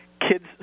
Kids